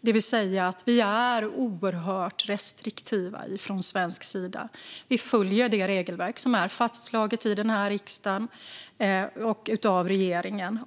det vill säga att vi är oerhört restriktiva från svensk sida. Vi följer det regelverk som är fastslaget av denna riksdag och av regeringen.